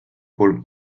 kolm